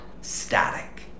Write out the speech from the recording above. static